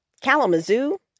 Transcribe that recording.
Kalamazoo